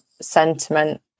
sentiment